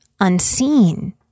unseen